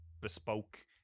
bespoke